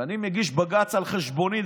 ואני מגיש בג"ץ על חשבוני,